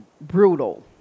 brutal